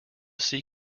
see